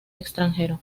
extranjero